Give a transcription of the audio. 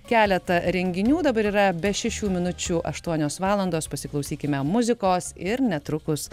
keletą renginių dabar yra be šešių minučių aštuonios valandos pasiklausykime muzikos ir netrukus